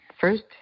first